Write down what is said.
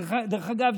דרך אגב,